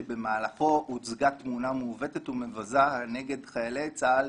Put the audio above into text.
שבמהלכו הוצגה תמונה מעוותת ומבזה נגד חיילי צה"ל,